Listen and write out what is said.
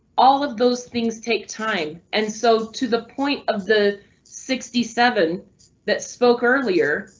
all of those things take time and so to the point of the sixty seven that spoke earlier.